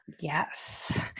Yes